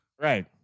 Right